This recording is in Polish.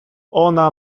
ona